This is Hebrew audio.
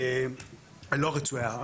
לא הרצויה,